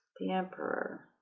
the emperor